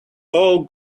all